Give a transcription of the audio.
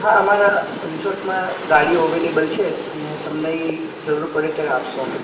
હા અમારા રિસોર્ટમાં ગાડીઓ અવેલેબલ છે અને તમને એ જરૂર પડે ત્યારે આપીશું અમે